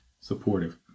supportive